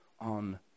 on